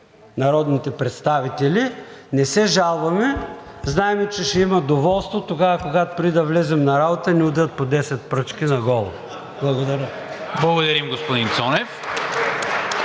народните представители. Не се жалваме, знаем, че ще има доволство тогава, когато, преди да влезем на работа, ни удрят по 10 пръчки на голо. Благодаря. (Оживление.